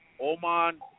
Oman